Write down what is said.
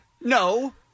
no